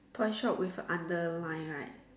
toy shop with a underline right